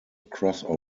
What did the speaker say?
crossover